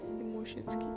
emotions